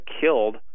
killed